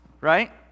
right